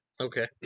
Okay